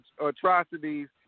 atrocities